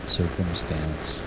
circumstance